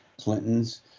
Clintons